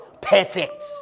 Perfect